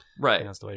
Right